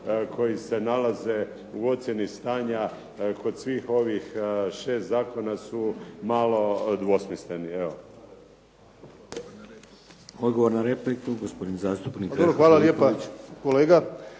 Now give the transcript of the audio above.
koji se nalaze u ocjeni stanja kod svih ovih 6 zakona su malo dvosmisleni.